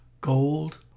gold